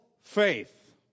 faith